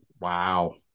Wow